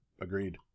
Agreed